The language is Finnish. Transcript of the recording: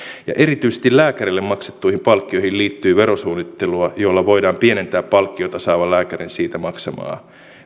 erityisesti lääkärille maksettuihin palkkioihin liittyy verosuunnittelua jolla voidaan pienentää palkkiota saavan lääkärin siitä maksamaa